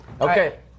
okay